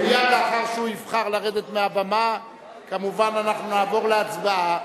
ומייד לאחר שהוא יבחר לרדת מהבמה כמובן אנחנו נעבור להצבעה.